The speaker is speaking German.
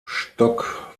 stock